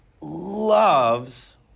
loves